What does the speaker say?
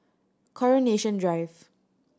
Coronation Drive